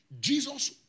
Jesus